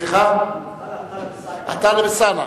טלב אלסאנע.